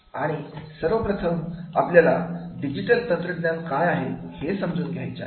आणि सर्वप्रथम आपल्याला डिजिटल तंत्रज्ञान काय आहे हे समजून घ्यायचे आहे